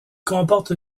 comporte